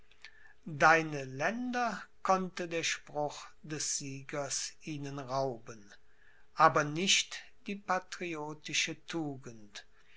deine länder konnte der spruch des siegers ihnen rauben aber nicht die patriotische